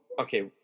okay